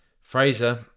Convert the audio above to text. Fraser